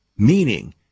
Meaning